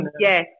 Yes